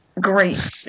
great